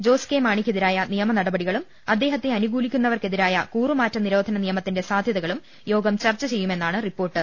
ജോസ് കെ മാണിക്കെതി രായ നിയമ നടപടികളും അദ്ദേഹത്തെ അനുകൂലിക്കുന്ന ജന പ്രതിനിധികൾക്കെതിരായ കൂറുമാറ്റ നിരോധന നിയമത്തിന്റെ സാധ്യതകളും യോഗും ചർച്ച ചെയ്യുമെന്നാണ് റിപ്പോർട്ട്